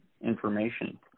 information